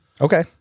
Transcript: Okay